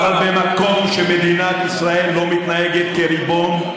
אבל במקום שמדינת ישראל לא מתנהגת כריבון,